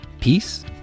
Peace